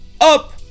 up